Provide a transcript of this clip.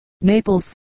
Naples